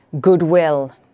goodwill